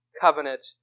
covenant